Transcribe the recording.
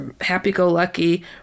happy-go-lucky